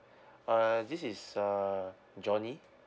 uh this is uh johnny